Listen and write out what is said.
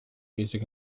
music